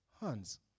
hands